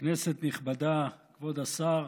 כנסת נכבדה, כבוד השר,